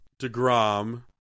DeGrom